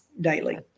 daily